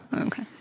Okay